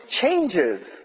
changes